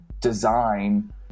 design